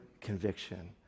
conviction